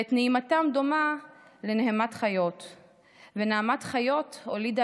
ואת / נהימתם דומה / לנהמת חיות / ונהמת חיות הולידה